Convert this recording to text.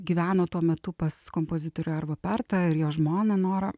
gyveno tuo metu pas kompozitorių arvo pertą ir jo žmoną norą